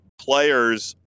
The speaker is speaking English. players